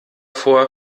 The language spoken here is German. vor